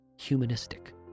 humanistic